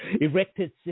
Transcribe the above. Erected